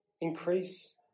increase